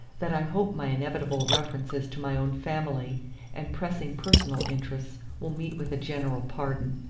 that i hope my inevitable references to my own family and pressing personal interests will meet with a general pardon.